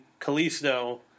Kalisto